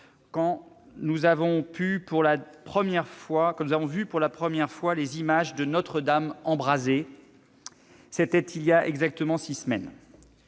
quand nous avons vu pour la première fois les images de Notre-Dame embrasée. C'était il y a exactement six semaines.